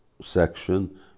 section